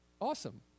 awesome